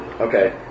Okay